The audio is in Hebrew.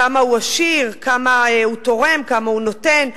כמה הוא עשיר, כמה הוא תורם, כמה הוא נותן.